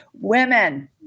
Women